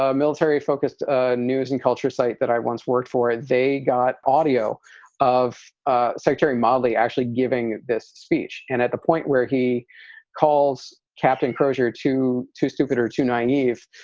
ah military focused news and culture site that i once worked for. they got audio of ah secretary molly actually giving this speech and at the point where he calls captain crozier too too stupid or too naive.